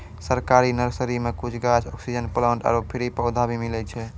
सरकारी नर्सरी मॅ कुछ गाछ, ऑक्सीजन प्लांट आरो फ्री पौधा भी मिलै छै